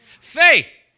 Faith